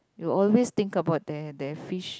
you always think about there there fish